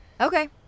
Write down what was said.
Okay